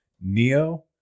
Neo